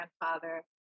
grandfather